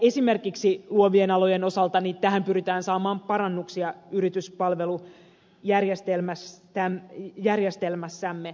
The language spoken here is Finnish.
esimerkiksi luovien alojen osalta tähän pyritään saamaan parannuksia yrityspalvelujärjestelmässämme